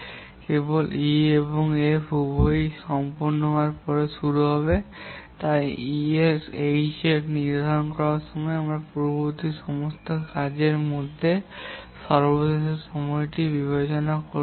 H কেবলমাত্র E এবং F উভয়ই সম্পন্ন হওয়ার পরে শুরু হবে এবং তাই H এর শুরুর সময় নির্ধারণ করার জন্য আমাদের পূর্ববর্তী সমস্ত কাজের মধ্যে সর্বশেষ সময়টি বিবেচনা করতে হবে